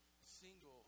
single